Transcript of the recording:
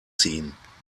ziehen